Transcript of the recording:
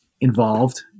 involved